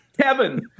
Kevin